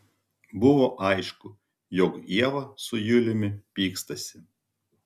buvo aišku jog ieva su juliumi pykstasi